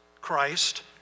Christ